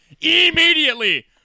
immediately